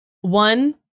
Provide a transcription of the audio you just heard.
one